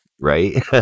right